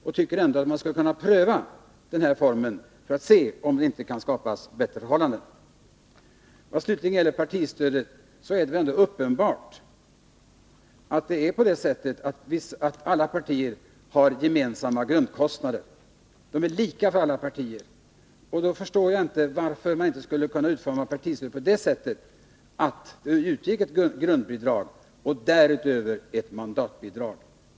Vi tycker ändå att man borde kunna pröva det här för att se om inte bättre förhållanden kan skapas. Vad gäller partistödet är det väl ändå uppenbart att partierna har gemensamma grundkostnader som är lika för alla. Då förstår jag inte varför man inte skulle kunna utforma partistödet på det sättet att det utgick med ett grundbidrag och därutöver ett mandatbidrag.